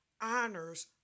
honors